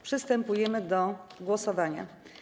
Przystępujemy do głosowania.